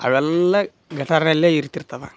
ಅವೆಲ್ಲ ಗಟಾರಲ್ಲೇ ಇರ್ತಿರ್ತವೆ